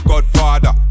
Godfather